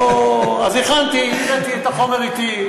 אז הכנתי, הבאתי את החומר אתי.